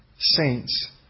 saints